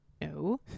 No